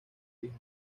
hijo